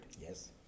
Yes